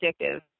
addictive